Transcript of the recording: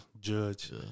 judge